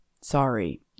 sorry